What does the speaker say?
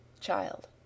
CHILD